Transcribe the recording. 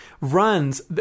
Runs